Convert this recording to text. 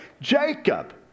Jacob